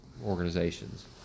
organizations